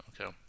okay